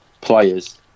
players